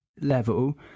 level